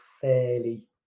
fairly